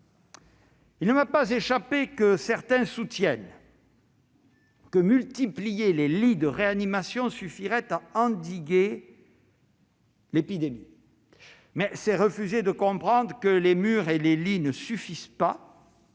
Il ne m'a pas échappé que certains soutiennent que multiplier les lits de réanimation suffirait à endiguer l'épidémie. Mais c'est refuser de comprendre que les murs et les lits ne suffisent pas,